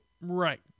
Right